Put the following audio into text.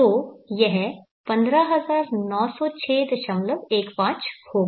तो यह 1590615 होगा